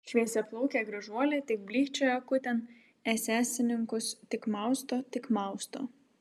šviesiaplaukė gražuolė tik blykčioja akutėm esesininkus tik mausto tik mausto